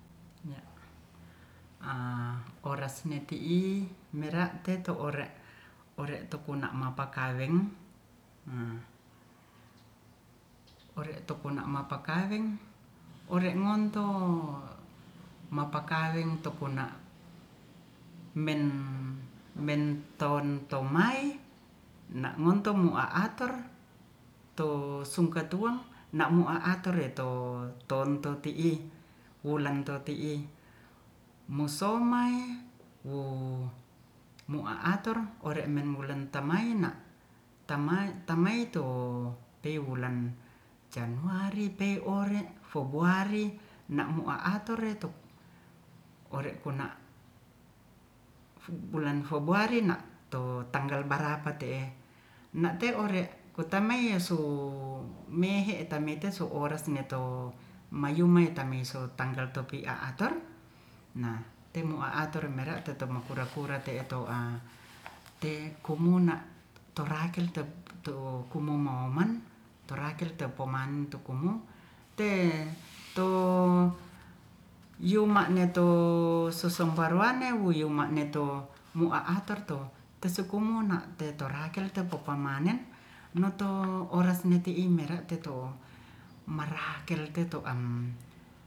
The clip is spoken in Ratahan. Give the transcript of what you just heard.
Meken wi so teflon ma teflon leto ijik na atoseneno horengan sene suane ore su apate'e tacu tacu towi ijik ta suane ne sene na teya le ore mutun ake one lea kurinto tos spesial kurin topututun a pututun aketo inumen tun sene na ten te ores ti i nengontoi nakawuyele te one to to wawawilian mangase so toko toam men kuni mangase tukurang ma cucu kasana destrom na to oras ne ti i pa sekarang dang bilang onas skarang de tu kuramg mocucu kesana di stro tante keren ore ti ine marakel den to mututun ake su suputung ore su kaonfor ne koren te'e ten ore kurito putun ake telaeng le teto a barekeng ise tera putun akinas ore ore mutun le kinas one kuringto pemakele to putun kinas tera ne to ara mutun kinas na te mutun koren to pitun ake tera ne telelaeng te ore